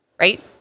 right